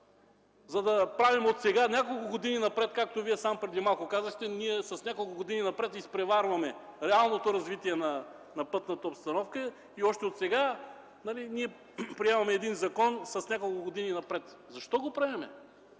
за да правим няколко години напред, както Вие преди малко казахте, с няколко години изпреварваме реалното развитие на пътната обстановка и отсега приемаме закон с няколко години напред. Защо го правим?